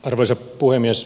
arvoisa puhemies